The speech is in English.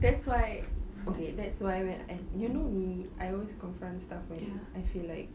that's why okay that's why when I you know me I always confront stuff [pe] I feel like